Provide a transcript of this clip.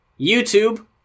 YouTube